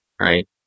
right